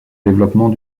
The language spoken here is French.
développement